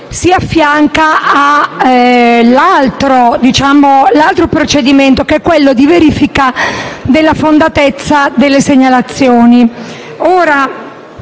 si affianca all'altro procedimento, che è quello di verifica della fondatezza delle segnalazioni.